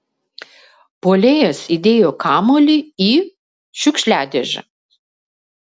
puolėjas įdėjo kamuolį į šiukšliadėžę